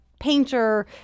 painter